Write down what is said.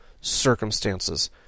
circumstances